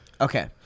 Okay